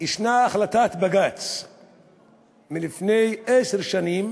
החלטת בג"ץ מלפני עשר שנים